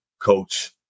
coach